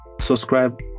subscribe